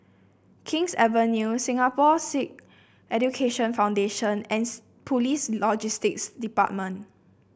King's Avenue Singapore Sikh Education Foundation and Police Logistics Department